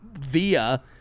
via